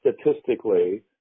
statistically